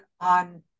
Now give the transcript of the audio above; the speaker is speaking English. on